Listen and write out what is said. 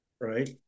right